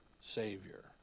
Savior